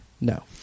No